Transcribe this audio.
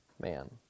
man